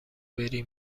بری